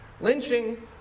lynching